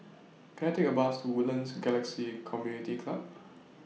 Can I Take A Bus to Woodlands Galaxy Community Club